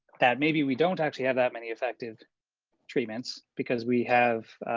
that maybe we don't actually have that many effective treatments because we have,